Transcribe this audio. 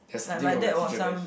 like my dad was some